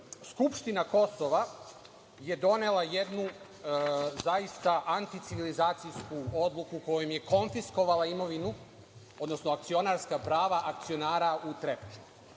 Skupština Kosova je donela jednu zaista anticivilizacijsku odluku kojom je konfiskovala imovinu, odnosno akcionarska prava akcionara u Trepči.